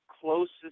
closest